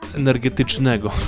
energetycznego